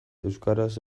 euskaraz